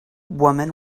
woman